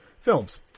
films